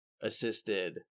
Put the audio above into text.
assisted